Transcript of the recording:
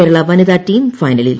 കേരള വനിതാ ടീം ഫൈനലിൽ